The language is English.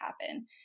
happen